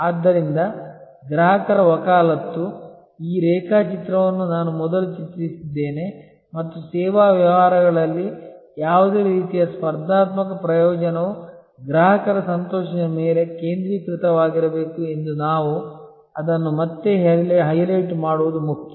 ಆದ್ದರಿಂದ ಗ್ರಾಹಕರ ವಕಾಲತ್ತು ಈ ರೇಖಾಚಿತ್ರವನ್ನು ನಾನು ಮೊದಲು ಚಿತ್ರಿಸಿದ್ದೇನೆ ಮತ್ತು ಸೇವಾ ವ್ಯವಹಾರಗಳಲ್ಲಿ ಯಾವುದೇ ರೀತಿಯ ಸ್ಪರ್ಧಾತ್ಮಕ ಪ್ರಯೋಜನವು ಗ್ರಾಹಕರ ಸಂತೋಷದ ಮೇಲೆ ಕೇಂದ್ರೀಕೃತವಾಗಿರಬೇಕು ಎಂದು ನಾವು ಅದನ್ನು ಮತ್ತೆ ಹೈಲೈಟ್ ಮಾಡುವುದು ಮುಖ್ಯ